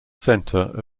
center